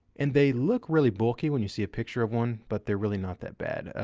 and they look really bulky when you see a picture of one, but they're really not that bad.